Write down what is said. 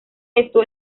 esto